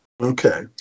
Okay